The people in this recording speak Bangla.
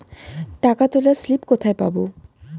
টাকা তোলার স্লিপ কোথায় পাব?